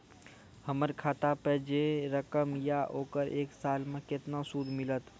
हमर खाता पे जे रकम या ओकर एक साल मे केतना सूद मिलत?